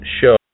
show